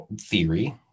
theory